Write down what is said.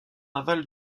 aval